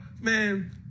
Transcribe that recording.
Man